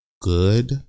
good